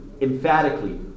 emphatically